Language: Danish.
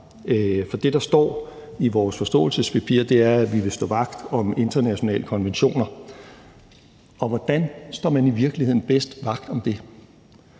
For det, der står i vores forståelsespapir, er, at vi vil stå vagt om internationale konventioner, og hvordan står man i virkeligheden bedst vagt om det?